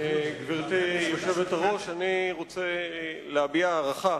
גברתי היושבת-ראש, אני רוצה להביע הערכה